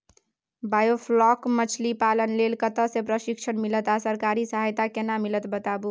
Biofloc मछलीपालन लेल कतय स प्रशिक्षण मिलत आ सरकारी सहायता केना मिलत बताबू?